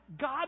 God